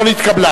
לא נתקבלה.